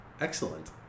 Excellent